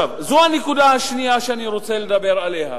זו הנקודה השנייה שאני רוצה לדבר עליה.